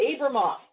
Abramoff